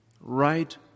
right